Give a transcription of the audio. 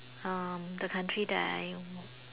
um the country that I